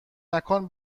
مکان